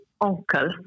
uncle